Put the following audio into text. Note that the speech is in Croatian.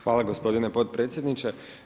Hvala gospodine potpredsjedniče.